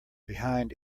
behind